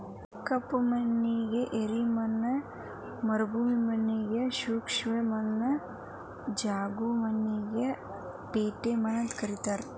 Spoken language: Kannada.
ಕಪ್ಪು ಮಣ್ಣಿಗೆ ರೆಗರ್ ಮಣ್ಣ ಮರುಭೂಮಿ ಮಣ್ಣಗೆ ಶುಷ್ಕ ಮಣ್ಣು, ಜವುಗು ಮಣ್ಣಿಗೆ ಪೇಟಿ ಮಣ್ಣು ಅಂತ ಕರೇತಾರ